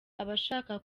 abashaka